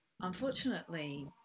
unfortunately